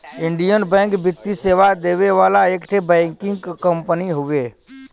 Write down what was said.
Indian bank वित्तीय सेवा देवे वाला एक ठे बैंकिंग कंपनी हउवे